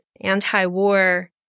anti-war